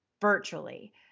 virtually